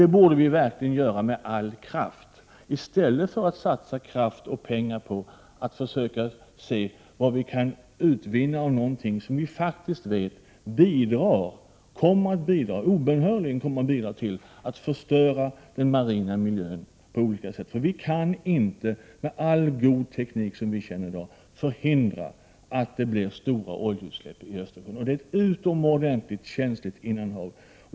Det borde vi verkligen göra med all kraft, i stället för att satsa kraft och pengar på att försöka se vad vi kan utvinna av någonting som vi faktiskt vet obönhörligen kommer att bidra till att på olika sätt förstöra den marina miljön. Vi kan inte med all god teknik som vi i dag känner förhindra att det blir stora oljeutsläpp i Östersjön, och det är ett utomordentligt känsligt innanhav.